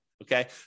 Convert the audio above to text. Okay